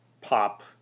pop